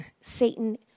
Satan